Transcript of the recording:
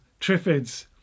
triffids